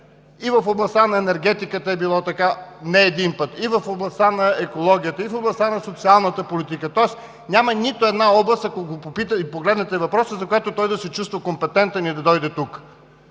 и в областта на енергетиката е било така не един път, и в областта на екологията, и в областта на социалната политика, тоест няма нито една област, ако погледнете въпроса, за която той да се чувства компетентен и да дойде тук.